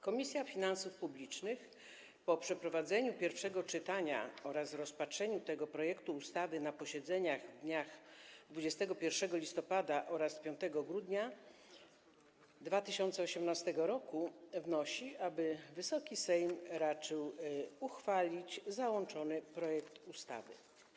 Komisja Finansów Publicznych po przeprowadzeniu pierwszego czytania oraz rozpatrzeniu tego projektu ustawy na posiedzeniach w dniach 21 listopada oraz 5 grudnia 2018 r. wnosi, aby Wysoki Sejm raczył uchwalić załączony projekt ustawy.